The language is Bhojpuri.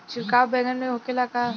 छिड़काव बैगन में होखे ला का?